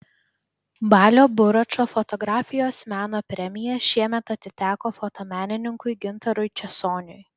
balio buračo fotografijos meno premija šiemet atiteko fotomenininkui gintarui česoniui